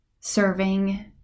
serving